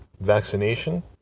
vaccination